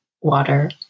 water